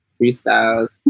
freestyles